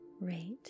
rate